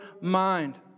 mind